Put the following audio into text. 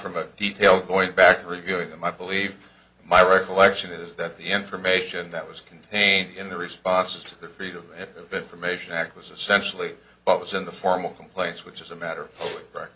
from a detail going back reviewing them i believe my recollection is that the information that was contained in the responses to the freedom of information act was essentially what was in the formal complaint which is a matter of r